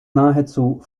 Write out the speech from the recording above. nahezu